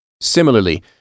Similarly